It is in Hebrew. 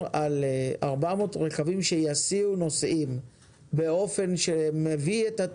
הרכב האוטונומי שיסיע נוסעים חייב להיות מונית?